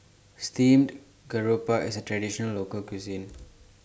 Steamed Garoupa IS A Traditional Local Cuisine